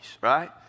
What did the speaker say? Right